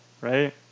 right